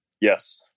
Yes